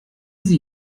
sie